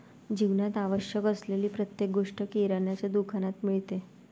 जीवनात आवश्यक असलेली प्रत्येक गोष्ट किराण्याच्या दुकानात मिळते